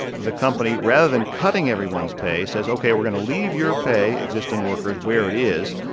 the company, rather than cutting everyone's pay, says, ok, we're going to leave your pay, existing workers, where it is.